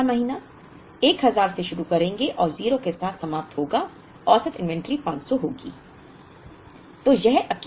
तीसरा महीना हम 1000 से शुरू करेंगे और 0 के साथ समाप्त होगा औसत इन्वेंट्री 500 होगी